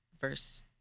verse